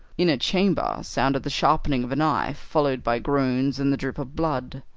in a chamber sounded the sharpening of a knife, followed by groans and the drip of blood.